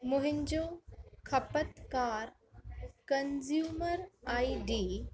मुंहिंजो खपतकार consumer ID